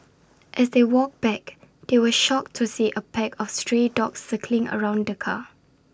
as they walked back they were shocked to see A pack of stray dogs circling around the car